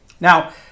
Now